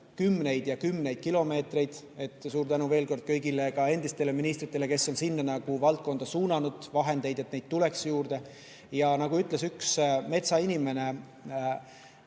kümneid ja kümneid kilomeetreid matkaradasid. Suur tänu veel kord kõigile endistele ministritele, kes on sinna valdkonda suunanud vahendeid, et neid tuleks juurde. Nagu mulle ütles üks metsainimene